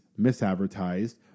misadvertised